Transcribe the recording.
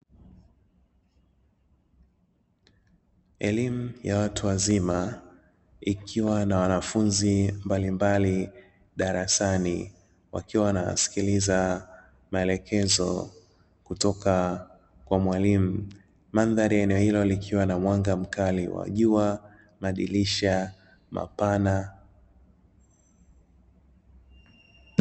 Elimu ya watu wazima ikiwa na wanafunzi mbalimbali darasani, wakiwa wanasikiliza maelekezo kutoka kwa mwalimu. Mandhari ya eneo hilo likiwa na mwanga mkali wa jua, madirisha mapana.